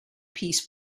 piece